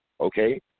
okay